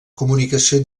comunicació